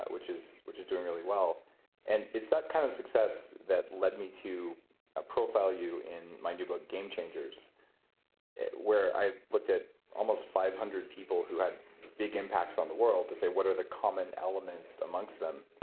which is which is doing really well and it's that kind of success that led me to ah profile you in my new book, game changers where i've looked at almost five hundred people who had big impacts on the world to say what are the common elements amongst them.